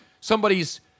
somebody's